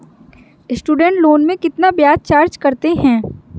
Student loan में कितना ब्याज चार्ज करते हैं?